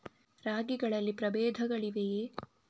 ರಾಗಿಗಳಲ್ಲಿ ಪ್ರಬೇಧಗಳಿವೆಯೇ?